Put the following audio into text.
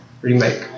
remake